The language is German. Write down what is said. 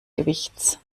gewichts